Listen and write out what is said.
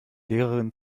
lehrerin